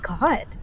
god